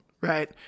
right